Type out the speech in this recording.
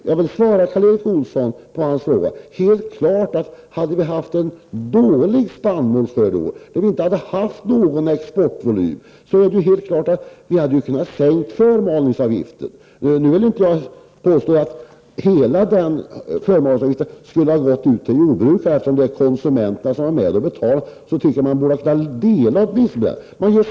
Jag vill svara på Karl Erik Olssons fråga att det är helt klart, att om vi hade fått en dålig spannmålsskörd i år och inte hade haft någon exportvolym, hade vi kunnat sänka förmalningsavgiften. Nu vill jag inte påstå att hela denna förmalningsavgift skulle ha gått till jordbrukarna, eftersom konsumenterna är med och betalar. Då tycker jag att man åtminstone borde dela på detta.